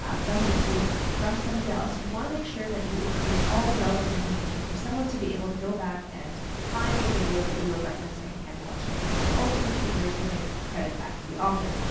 ah from youtube, from somebody else, you want to make sure that you include all the relevant information for someone to be able to go back and find the video that you were referencing and watch it and to also make sure you're giving credit back to the author.